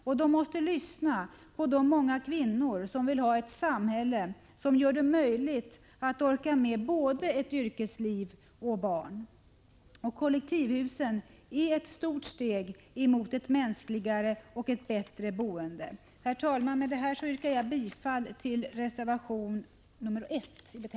De måste lyssna på de många kvinnor som vill ha ett samhälle som gör det möjligt att orka med både yrkesliv och barn. Kollektivhusen är ett stort steg mot ett mänskligare och bättre boende. Herr talman! Med det anförda yrkar jag bifall till reservation 1.